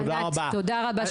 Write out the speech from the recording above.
(מחיאות כפיים) תודה רבה.